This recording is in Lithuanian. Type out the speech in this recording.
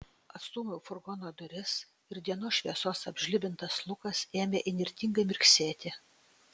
atstūmiau furgono duris ir dienos šviesos apžlibintas lukas ėmė įnirtingai mirksėti